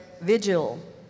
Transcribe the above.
vigil